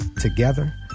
Together